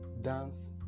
Dance